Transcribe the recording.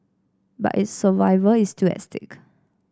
but its survival is still at stake